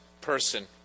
person